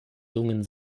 lungen